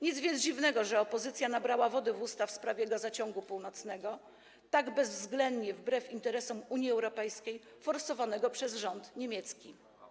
Nic więc dziwnego, że opozycja nabrała wody w usta w sprawie Gazociągu Północnego, tak bezwzględnie, wbrew interesom Unii Europejskiej, forsowanego przez rząd niemiecki.